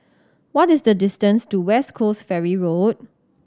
what is the distance to West Coast Ferry Road